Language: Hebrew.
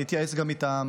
אני אתייעץ גם איתם,